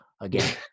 Again